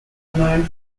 known